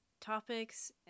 topics